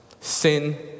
Sin